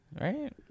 Right